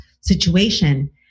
situation